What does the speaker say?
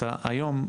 היום,